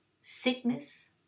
sickness